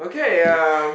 okay um